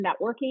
networking